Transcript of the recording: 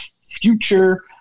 future